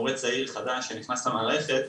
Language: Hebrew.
מורה צעיר חדש שנכנס למערכת,